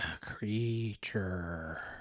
creature